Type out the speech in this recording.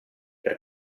per